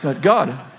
God